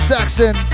Saxon